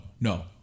no